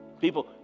People